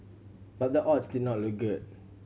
but the odds did not look good